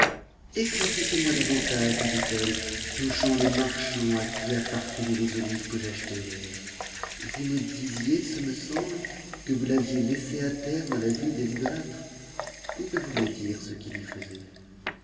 venu ëclaircissez moi davantage lui dit-elle touchant le marchand à qui appartenaient les olives que j'achetai hier vous me disiez ce me semble que vous l'aviez laissé à terre dans la ville des idolâtres pouvez-vous me dire ce qu'il y faisait